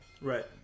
Right